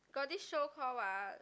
got this show call what ah